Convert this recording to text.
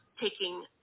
taking